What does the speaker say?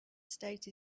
state